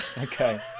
Okay